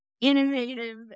innovative